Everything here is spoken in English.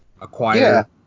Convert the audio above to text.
acquire